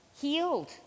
healed